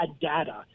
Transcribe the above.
data